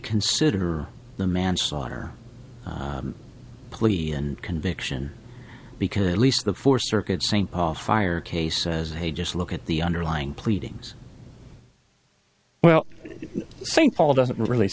consider the manslaughter plea and conviction because at least the four circuit st paul fire cases they just look at the underlying pleadings well st paul doesn't really